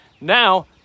Now